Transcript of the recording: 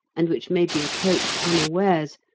and which may be approached unawares,